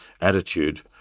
attitude